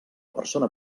persona